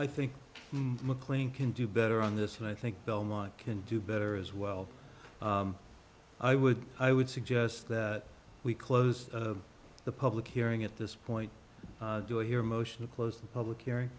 i think mclean can do better on this and i think belmont can do better as well i would i would suggest that we close the public hearing at this point do i hear motion to close the public hearing